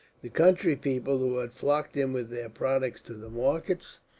the country people, who had flocked in with their products to the markets,